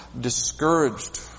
discouraged